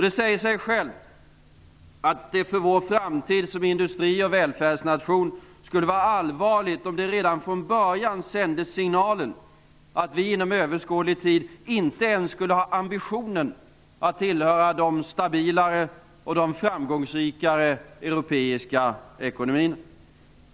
Det säger sig självt att det för vår framtid som industri och välfärdsnation skulle vara allvarligt om det redan från början sändes signalen att vi inom överskådlig tid inte ens skulle ha ambitionen att tillhöra de stabilare och de framgångsrikare europeiska ekonomierna.